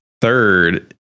third